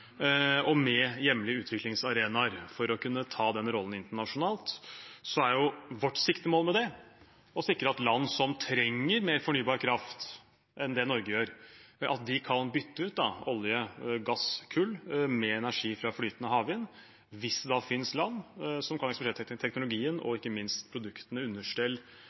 hjemlige utviklingsarenaer for å kunne ta den rollen internasjonalt. Vårt siktemål med det er å sikre at land som trenger mer fornybar kraft enn det Norge gjør, kan bytte ut olje, gass og kull med energi fra flytende havvind, hvis det da finnes land som kan eksportere teknologien og ikke minst produktene – understell,